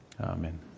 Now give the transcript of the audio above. Amen